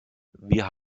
wir